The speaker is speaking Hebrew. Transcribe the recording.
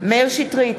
מאיר שטרית,